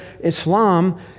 Islam